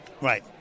Right